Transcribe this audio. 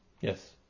Yes